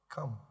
Come